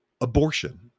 abortion